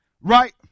Right